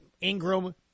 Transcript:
Ingram